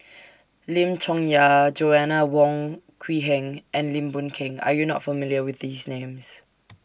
Lim Chong Yah Joanna Wong Quee Heng and Lim Boon Keng Are YOU not familiar with These Names